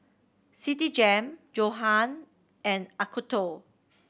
Citigem Johan and Acuto